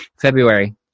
february